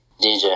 DJ